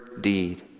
deed